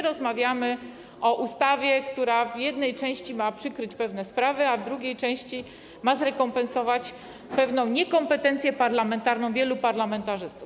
Rozmawiamy o ustawie, która w jednej części ma przykryć pewne sprawy, a w drugiej części ma zrekompensować pewną niekompetencję parlamentarną wielu parlamentarzystów.